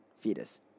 fetus